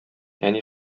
әни